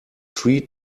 tree